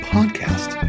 Podcast